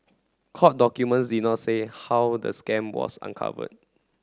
court documents did not say how the scam was uncovered